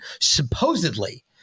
supposedly